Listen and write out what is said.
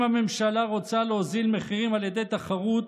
אם הממשלה רוצה להוריד מחירים על ידי תחרות,